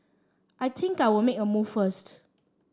I think I'll make a move first